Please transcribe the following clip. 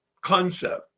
concept